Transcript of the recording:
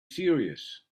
serious